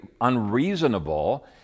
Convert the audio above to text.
unreasonable